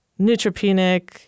neutropenic